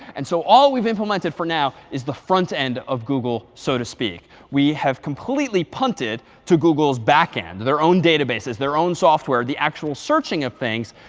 and so all we've implemented for now is the front end of google, so to speak. we have completely punted to google's back end, their own databases, their own software, the actual searching of things,